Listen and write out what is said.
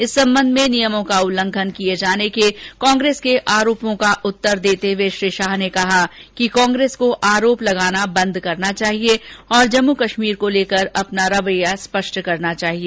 इस संबंध में नियमों का उल्लंघन किये जाने के कांग्रेस के आरोपों का उत्तर देते हुए अमित शाह ने कहा कि कांग्रेस को आरोप लगाना बंद करना चाहिए और जम्मू कश्मीर को लेकर अपना रवैया स्पष्ट कर देना चाहिए